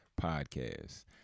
Podcast